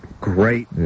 Great